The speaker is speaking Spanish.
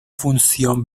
función